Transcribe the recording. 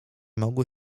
mogły